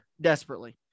desperately